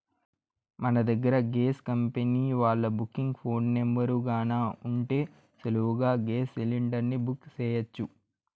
మన దగ్గర gas company వాల్ల బుకింగ్ ఫోను నెంబరు గాన ఉంటే సులువుగా గేస్ సిలిండర్ని బుక్ సెయ్యొచ్చు